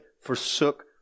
forsook